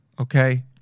Okay